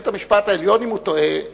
בית-המשפט העליון, אם הוא טועה,